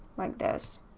like this.